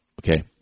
okay